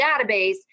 database